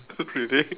oh really